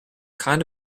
kind